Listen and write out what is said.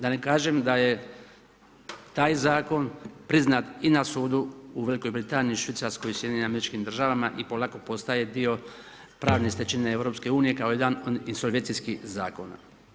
Da ne kažem da je taj zakon priznat i na sudu u Velikoj Britaniji, Švicarskoj i SAD-u i polako postaje dio pravne stečevine EU kao jedan od insolvencijskih zakona.